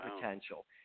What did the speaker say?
potential